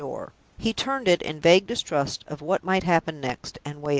he turned it in vague distrust of what might happen next, and waited.